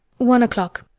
one o'clock.